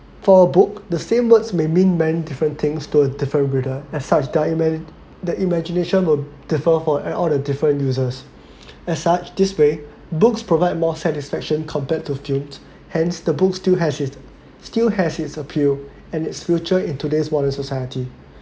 for a book the same words may mean many different things to a different reader as such their ima~ the imagination will differ for all the different users as such this way books provide more satisfaction compared to films hence the books still has it still has its appeal and its future in today's modern society